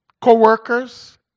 co-workers